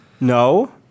No